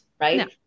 right